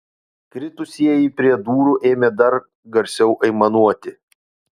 kritusieji prie durų ėmė dar garsiau aimanuoti